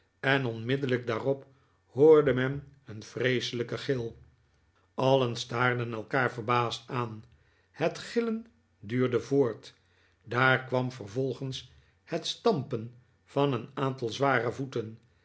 en onmiddellijk daarop hoorde men een vreeselijken gil allen staarden elkaar verbaasd aan het gillen duurde voort daaf kwam vervolgens het stampen van een aantal zware voeten